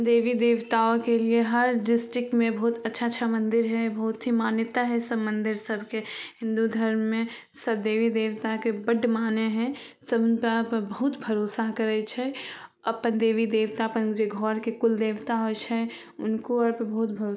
देवी देवताके लिए हर डिस्ट्रिक्टमे बहुत अच्छा अच्छा मन्दिर हइ बहुत अथी मान्यता हइ सब मन्दिर सबके हिन्दू धर्ममे सब देवी देवताके बड्ड मानै हइ सब हुनकापर बहुत भरोसा करै छै अपन देवी देवता अपन जे घरके कुलदेवता होइ छै हुनको आरपर बहुत भरोसा